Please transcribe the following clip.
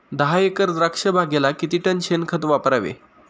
दहा एकर द्राक्षबागेला किती टन शेणखत वापरावे?